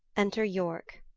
enter yorke.